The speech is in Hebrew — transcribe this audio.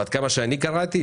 ועד כמה שאני קראתי,